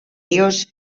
dios